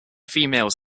females